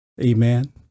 Amen